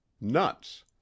Nuts